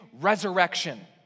Resurrection